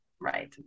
Right